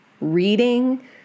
reading